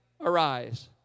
Arise